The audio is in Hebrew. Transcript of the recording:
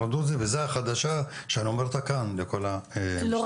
הדרוזי וזו החדשה שאני אומר אותה כאן לכל המשתתפים.